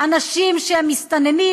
אנשים שהם מסתננים,